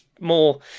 more